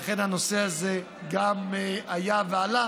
הנושא הזה גם היה ועלה,